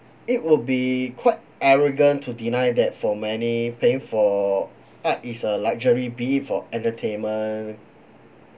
it will be quite arrogant to deny that for many paying for art is a luxury be it for entertainment